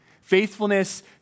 faithfulness